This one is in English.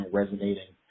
resonating